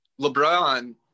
LeBron